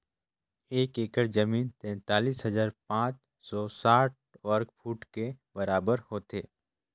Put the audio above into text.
एक एकड़ जमीन तैंतालीस हजार पांच सौ साठ वर्ग फुट के बराबर होथे